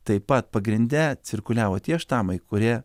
taip pat pagrinde cirkuliavo tie štamai kurie